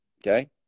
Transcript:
okay